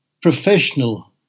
professional